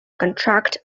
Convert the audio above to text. contract